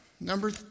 number